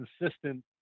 consistent